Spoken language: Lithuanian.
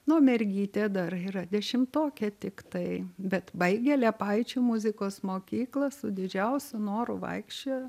nu mergytė dar yra dešimtokė tiktai bet baigė liepaičių muzikos mokyklą su didžiausiu noru vaikščiojo